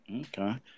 Okay